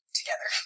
together